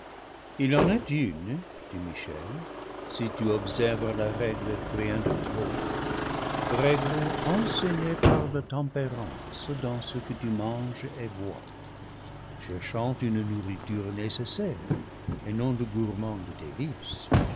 il en est une dit michel si tu observes la règle rien de trop règle enseignée par la tempérance dans ce que tu manges et bois cherchant une nourriture nécessaire et non de gourmandes délices